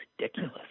ridiculous